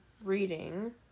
reading